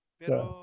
pero